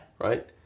Right